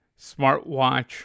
smartwatch